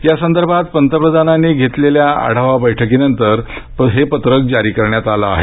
यासंदर्भात पंतप्रधानांनी घेतलेल्या आढावा बैठकीनंतर हे पत्रक जारी करण्यात आलं आहे